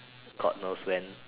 God knows when